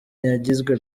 yagizwe